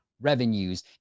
revenues